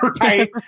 right